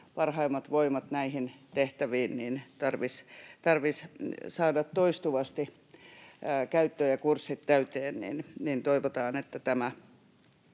parhaimmat voimat näihin tehtäviin tarvitsee saada toistuvasti käyttöön ja kurssit täyteen, ja toivotaan, että tämä